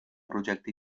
projecte